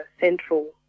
Central